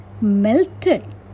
melted